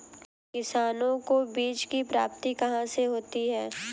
किसानों को बीज की प्राप्ति कहाँ से होती है?